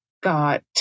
got